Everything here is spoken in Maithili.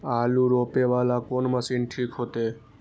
आलू रोपे वाला कोन मशीन ठीक होते?